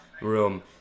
room